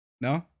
No